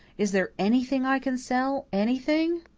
is there anything i can sell anything?